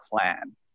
plan